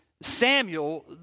Samuel